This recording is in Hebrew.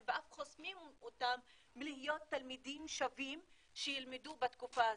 ואף חוסמים אותם מלהיות תלמידים שווים שילמדו בתקופה הזו.